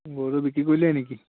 গৰুটো বিক্ৰী কৰিলে নেকি